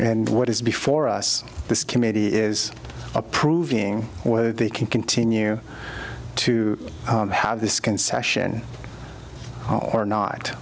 and what is before us this committee is approving whether they can continue to have this concession or not